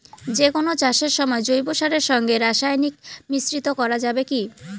যে কোন চাষের সময় জৈব সারের সঙ্গে রাসায়নিক মিশ্রিত করা যাবে কি?